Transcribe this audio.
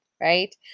Right